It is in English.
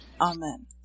Amen